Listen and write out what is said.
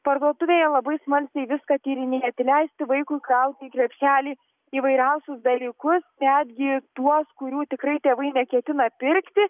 parduotuvėje labai smalsiai viską tyrinėti leisti vaikui krauti į krepšelį įvairiausius dalykus netgi tuos kurių tikrai tėvai neketina pirkti